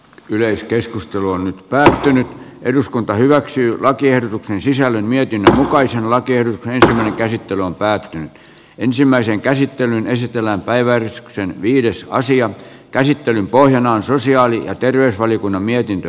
yleiskeskustelu on nyt päättynyt eduskunta hyväksyi lakiehdotuksen sisällön mietintö jokaisella kertyneitä kehittely on päätetty ensimmäisen käsittelyn esitellään päiväys on viidessä asian käsittelyn pohjana on sosiaali ja terveysvaliokunnan mietintö